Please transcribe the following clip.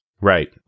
Right